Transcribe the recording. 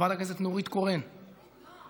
מוותר, חברת הכנסת נורית קורן, מוותרת.